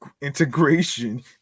integration